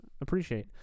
appreciate